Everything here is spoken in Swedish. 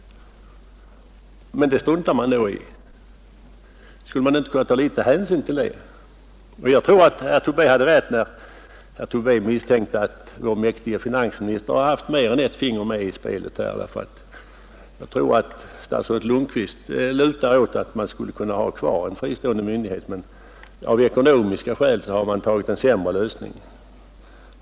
Men dessa önskemål struntar man då i. Skulle man inte kunna ta litet hänsyn till dem? Jag tror att herr Tobé har rätt när han misstänkte att vår mäktige finansminister haft ett finger med i spelet om detta. Statsrådet Lundkvist lutar nog åt uppfattningen att man skulle kunna ha en fristående myndighet kvar, men av ekonomiska skäl har han tagit den sämre lösningen.